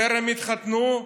וטרם התחתנו,